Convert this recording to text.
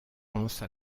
pense